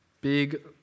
big